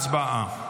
הצבעה.